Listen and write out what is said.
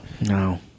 no